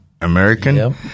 American